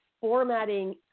formatting